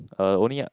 uh only